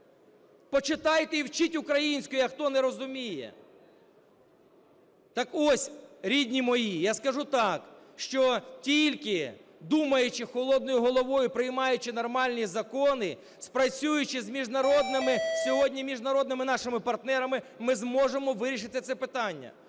Почитайте і вчіть українську, хто не розуміє. Так ось, рідні мої, я скажу так, що тільки думаючи холодною головою, приймаючи нормальні закони, працюючи з міжнародними сьогодні, міжнародними нашими партнерами, ми зможемо вирішити це питання.